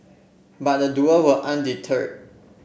but the duo were undeterred